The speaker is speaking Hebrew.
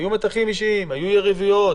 היו יריבויות,